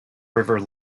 river